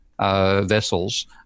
vessels